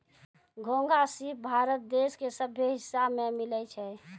घोंघा, सिप भारत देश के सभ्भे हिस्सा में मिलै छै